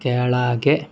ಕೆಳಗೆ